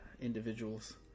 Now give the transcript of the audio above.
individuals